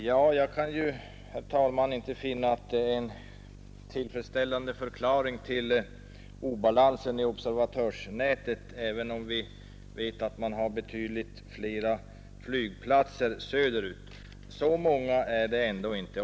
Herr talman! Jag kan inte finna att det är en tillfredsställande förklaring till obalansen i observatörsnätet att vi har betydligt flera flygplatser söder ut. Så många är det ändå inte.